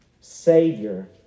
savior